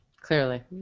Clearly